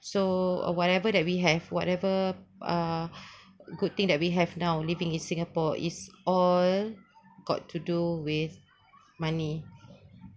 so or whatever that we have whatever uh good thing that we have now living in singapore is all got to do with money